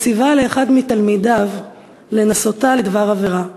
וציווה לאחד מתלמידיו לנסותה לדבר עבירה".